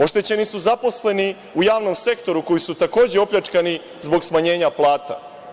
Oštećeni su zaposleni u javnom sektoru koji su takođe opljačkani zbog smanjenja plata.